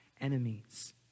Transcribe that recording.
enemies